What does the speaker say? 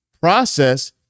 process